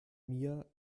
mir